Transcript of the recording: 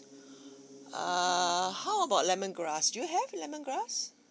err how about lemongrass do you have lemongrass